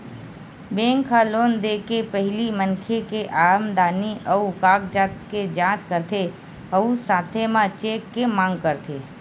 bank ह loan दे के पहिली मनखे के आमदनी अउ कागजात के जाँच करथे अउ साथे म चेक के मांग करथे